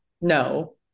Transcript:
No